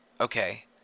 Okay